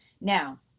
Now